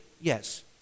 yes